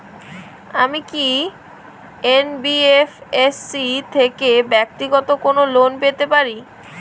আমি কি এন.বি.এফ.এস.সি থেকে ব্যাক্তিগত কোনো লোন পেতে পারি?